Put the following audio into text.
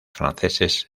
franceses